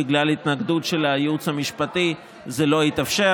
בגלל התנגדות של הייעוץ המשפטי זה לא התאפשר,